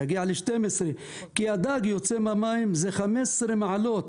יגיע ל-12 כי הדג יוצא מהמים עם 15 מעלות.